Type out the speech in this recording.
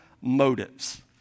motives